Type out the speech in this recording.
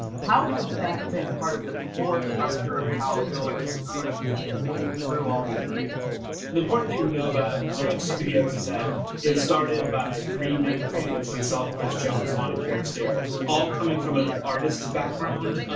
how has that been part of the core structure of how zoic's sort of made it through all these years? the important thing to know about zoic studios is that it started by three main creatives, myself, chris jones, loni peristere all coming from an artists background,